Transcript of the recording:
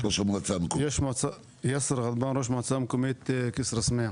אני ראש מועצה מקומית כסרא סמיע.